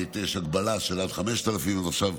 כי יש הגבלה של עד 5,000 שקלים,